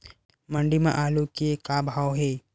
मंडी म आलू के का भाव हे?